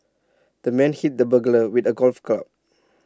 the man hit the burglar with A golf club